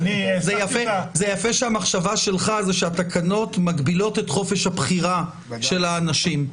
יפה שהמחשבה שלך שהתקנות מגבילות את חופש הבחירה של האנשים.